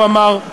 הוא אמר.